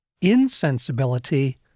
insensibility